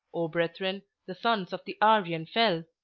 o brethren, the sons of the aryan fell!